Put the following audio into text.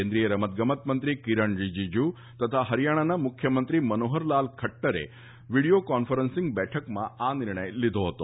કેન્દ્રિય રમતગમત મંત્રી કિરણ રિજીજૂ તથા હરિયાણાના મુખ્યમંત્રી મનોહરલાલ ખદ્દરે વીડિયો કોન્ફરન્સીંગ બેઠકમાં આ નિર્ણય લીધો હતો